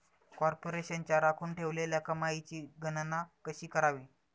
कॉर्पोरेशनच्या राखून ठेवलेल्या कमाईची गणना कशी करावी